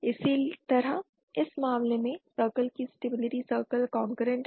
इसी तरह इस मामले में सर्कल की स्टेबिलिटी सर्कल कॉन्कररेंट है